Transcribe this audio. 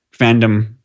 fandom